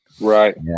Right